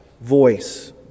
voice